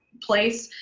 place.